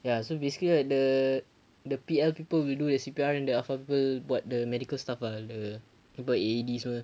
ya so basically right the the P_L people will do the C_P_R and the alpha people buat the medical staff lah the A_E_D semua